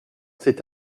cet